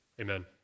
Amen